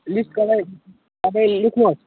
लेख तपाईँ तपाईँले लेख्नुहोस्